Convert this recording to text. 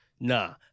Nah